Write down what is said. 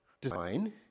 design